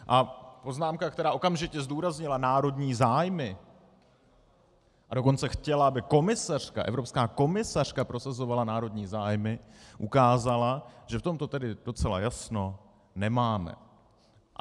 A poznámka, která okamžitě zdůraznila národní zájmy, a dokonce chtěla, aby evropská komisařka prosazovala národní zájmy, ukázala, že v tomto docela jasno nemáme.